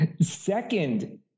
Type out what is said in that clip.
Second